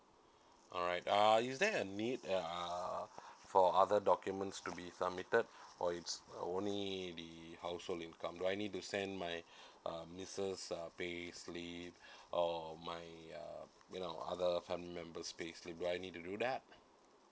alright uh is there a need uh for other documents to be submitted or it's uh only be household income do I need to send my uh missus uh payslip or my uh you know other family member's payslip do I need to do that